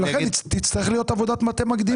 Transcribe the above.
ולכן תצטרך להיות עבודת מטה מקדימה.